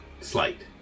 slight